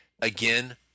again